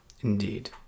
indeed